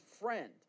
friend